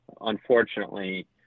unfortunately